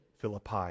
Philippi